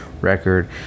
record